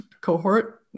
cohort